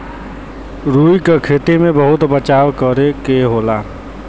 रुई क खेती में बहुत बचाव करे के होला